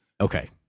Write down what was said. Okay